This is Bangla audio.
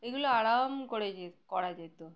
এগুলো আরাম করে যে করা যেত